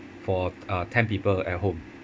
for uh ten people at home